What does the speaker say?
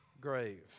grave